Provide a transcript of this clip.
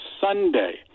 Sunday